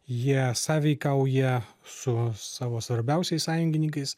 jie sąveikauja su savo svarbiausiais sąjungininkais